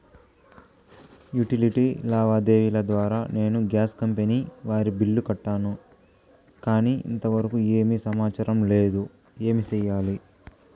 Utility లావాదేవీల ద్వారా నేను గ్యాస్ కంపెని వారి బిల్లు కట్టాను కానీ ఇంతవరకు ఏమి సమాచారం లేదు, ఏమి సెయ్యాలి?